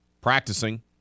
practicing